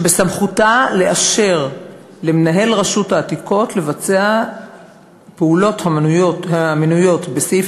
ובסמכותה לאשר למנהל רשות העתיקות לבצע פעולות המנויות בסעיף